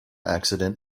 accident